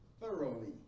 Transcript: thoroughly